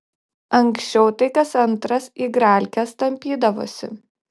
anksčiau tai kas antras igralkes tampydavosi